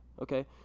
Okay